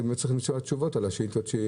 היינו צריכים תשובות לשאילתות.